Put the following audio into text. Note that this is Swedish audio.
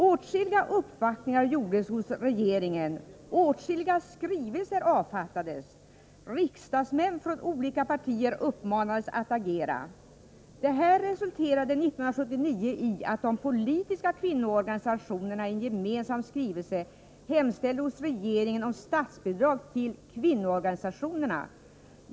Åtskilliga uppvattningar gjordes hos regeringen, åtskilliga skrivelser avfattades. Riksdagsmän från olika partier uppmanades att agera. Detta resulterade 1979 i att de politiska kvinnoorganisationerna i en gemensam skrivelse hemställde hos regeringen om statsbidrag till kvinnoorganisationerna.